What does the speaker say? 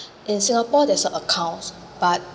in singapore there's a accounts but